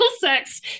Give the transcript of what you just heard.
sex